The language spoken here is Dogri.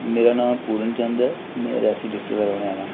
मेरा नांऽ पूरन चंद ऐ होर मै रियासी डिस्ट्रिक दा रौह्ने आह्ला आं